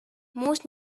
most